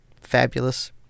fabulous